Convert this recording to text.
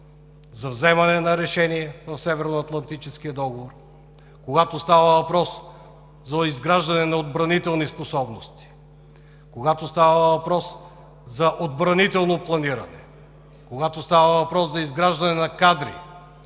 за вземане на решение в Северноатлантическия договор, когато става въпрос за изграждане на отбранителни способности, когато става въпрос за отбранително планиране, когато става въпрос за изграждане на кадри